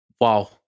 Wow